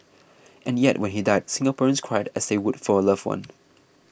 and yet when he died Singaporeans cried as they would for a loved one